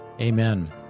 Amen